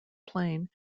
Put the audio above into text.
plane